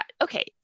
Okay